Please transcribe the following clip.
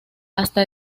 hasta